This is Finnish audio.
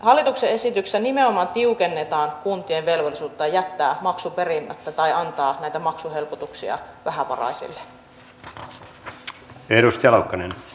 hallituksen esityksessä nimenomaan tiukennetaan kuntien velvollisuutta jättää maksu perimättä tai antaa näitä maksuhelpotuksia vähävaraisille